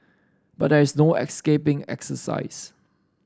but there is no escaping exercise